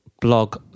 blog